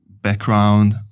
background